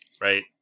right